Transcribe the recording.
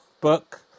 book